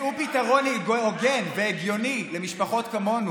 מצאו פתרון הוגן והגיוני למשפחות כמונו.